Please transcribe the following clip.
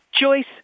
Joyce